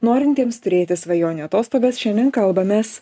norintiems turėti svajonių atostogas šiandien kalbamės